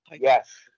Yes